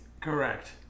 correct